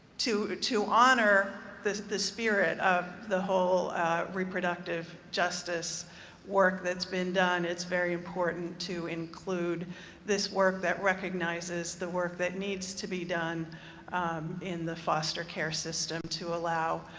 to to honor the spirit of the whole reproductive justice work that's been done, it's very important to include this work that recognizes the work that needs to be done in the foster care system to allow